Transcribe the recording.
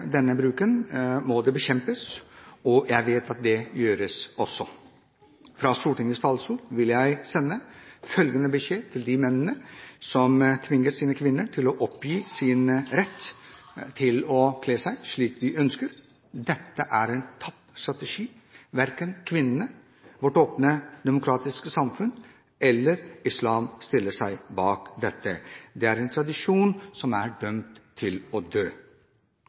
denne bruken, må det bekjempes, og jeg vet at det også gjøres. Fra Stortingets talerstol vil jeg sende følgende beskjed til de mennene som tvinger sine kvinner til å oppgi sin rett til å kle seg slik de ønsker: Dette er en tapt strategi. Verken kvinnene, vårt åpne, demokratiske samfunn eller islam stiller seg bak dette. Det er en tradisjon som er dømt til å dø.